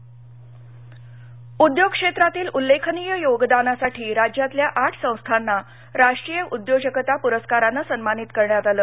उद्योजकता पुरस्कार उद्योग क्षेत्रातील उल्लेखनीय योगदानासाठी राज्यातल्या आठ संस्थांना राष्ट्रीय उद्योजकता पुरस्कारानं सन्मानित करण्यात आलं